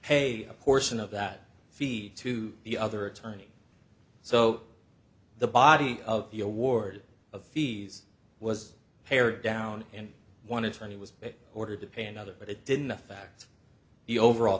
pay a portion of that fee to the other attorney so the body of the award of fees was pared down and one in twenty was ordered to pay another but it didn't affect the overall